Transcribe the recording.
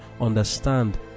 Understand